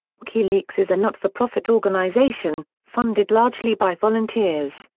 wikileaks is a not-for-profit organisation, funded largely by volunteers,